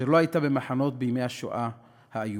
אשר לא הייתה במחנות בימי השואה האיומה,